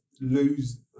lose